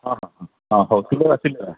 ହଁ ହଁ ହଁ ହଁ ହଉ ଥିଲେ ଆସିଲେ